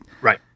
right